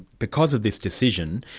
because of this decision,